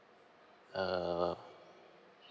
err